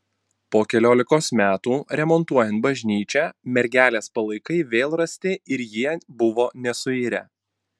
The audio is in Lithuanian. po keliolikos metų remontuojant bažnyčią mergelės palaikai vėl rasti ir jie buvo nesuirę